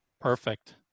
perfect